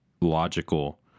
logical